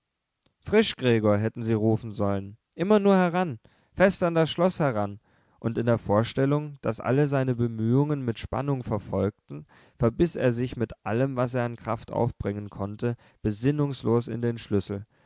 frisch gregor hätten sie rufen sollen immer nur heran fest an das schloß heran und in der vorstellung daß alle seine bemühungen mit spannung verfolgten verbiß er sich mit allem was er an kraft aufbringen konnte besinnungslos in den schlüssel